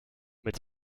mit